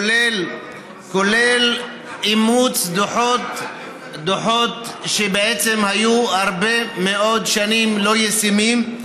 כולל אימוץ דוחות שבעצם היו הרבה מאוד שנים לא ישימים.